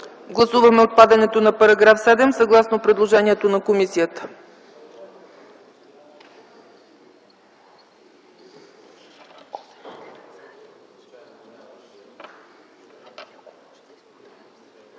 Гласуваме отпадането на § 7 съгласно предложението на комисията.